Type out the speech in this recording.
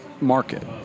market